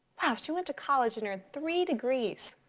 wow she went to college and earned three degrees,